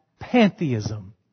pantheism